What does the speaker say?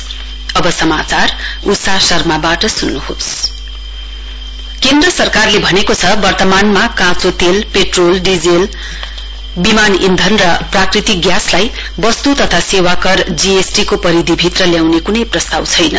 GST fuel केन्द्र सरकारले भनेको छ वर्तमान अहीले काचो तेलपेट्रोल डिजेल विमान इन्धन र प्राकृतिक ग्यासलाई वस्तु तथा सेवा कर जीजीटी को परिधिभित्र ल्याउने कुनै प्रस्ताव छैन